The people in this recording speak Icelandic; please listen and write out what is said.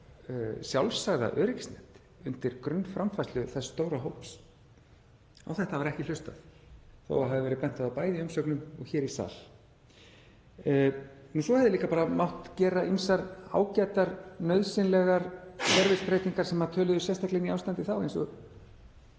sjálfsagða öryggisnet undir grunnframfærslu þess stóra hóps. Á þetta var ekki hlustað þó að það hafi verið bent á það bæði í umsögnum og hér í sal. Svo hefði líka mátt gera ýmsar ágætar nauðsynlegar kerfisbreytingar sem töluðu sérstaklega inn í ástandið þá, eins og